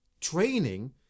training